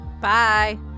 Bye